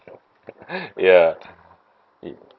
ya it